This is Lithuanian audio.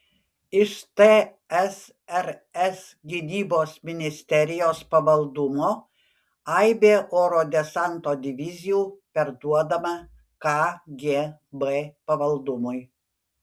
iš tsrs gynybos ministerijos pavaldumo aibė oro desanto divizijų perduodama kgb pavaldumui